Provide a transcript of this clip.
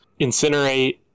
incinerate